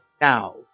now